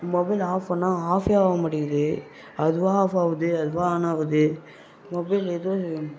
mobile off பண்ணால் ஆஃப்பே ஆக மாட்டேங்குது அதுவாக ஆஃப் ஆகுது அதுவாக ஆன் ஆகுது மொபைல் இது